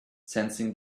sensing